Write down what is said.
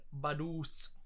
Badus